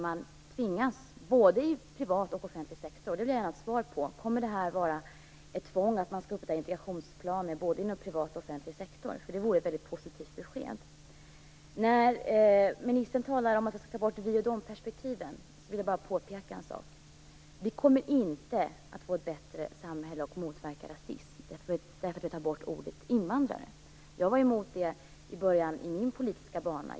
Jag vill ha svar på om det kommer att bli tvång på att man skall upprätta integrationsplaner, både inom privat och offentlig sektor. Det vore i så fall ett väldigt positivt besked. Eftersom ministern talade om att vi skall ta bort "vi-och-dom-perspektiven", vill jag bara påpeka en sak. Vi kommer inte att få ett bättre samhälle som motverkar rasism därför att vi tar bort ordet invandrare. Jag var emot detta i början av min politiska bana.